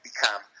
become